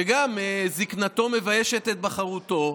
שגם, זקנתו מביישת את בחרותו,